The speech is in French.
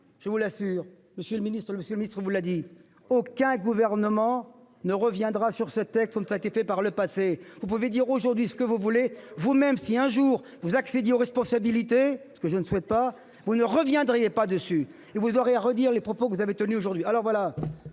je vous l'assure, Monsieur le Ministre, Monsieur le Ministre vous l'a dit, aucun gouvernement ne reviendra sur ce texte comme ça a été fait par le passé. Vous pouvez dire aujourd'hui ce que vous voulez-vous même si un jour vous accéder aux responsabilités parce que je ne souhaite pas, vous ne reviendrez pas dessus et vous aurez à redire les propos que vous avez tenu aujourd'hui.